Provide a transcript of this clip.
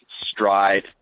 stride